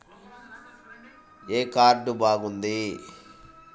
ఏ card బాగుంది?